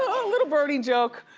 a little bernie joke.